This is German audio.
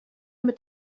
mit